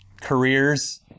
careers